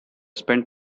spend